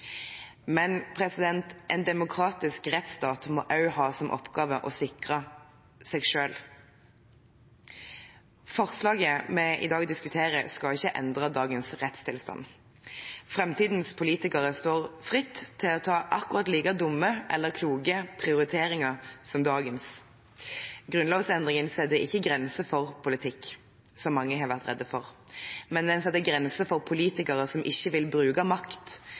en demokratisk rettsstat må også ha som oppgave å sikre seg selv. Forslaget vi i dag diskuterer, skal ikke endre dagens rettstilstand. Framtidens politikere står fritt til å ta akkurat like dumme eller kloke prioriteringer som dagens. Grunnlovsendringen setter ikke grenser for politikk, som mange har vært redde for, men den setter grenser for politikere som ikke vil bruke makt,